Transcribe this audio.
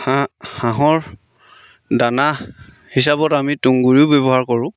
হাঁহ হাঁহৰ দানা হিচাপত আমি তুঁহগুড়িও ব্যৱহাৰ কৰোঁ